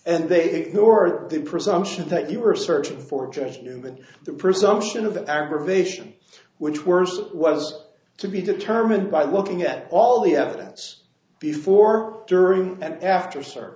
and they who are the presumption that you are searching for just human the presumption of aggravation which worse was to be determined by looking at all the evidence before during and after s